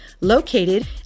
located